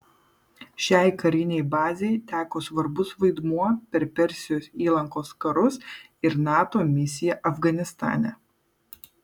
šiai karinei bazei teko svarbus vaidmuo per persijos įlankos karus ir nato misiją afganistane